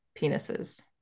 penises